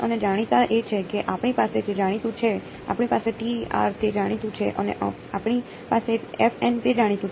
અને જાણીતા એ છે કે આપણી પાસે જે જાણીતું છે આપણી પાસે તે જાણીતું છે અને આપણી પાસે તે જાણીતું છે